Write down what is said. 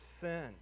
sin